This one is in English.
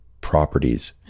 properties